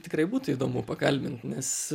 tikrai būtų įdomu pakalbint nes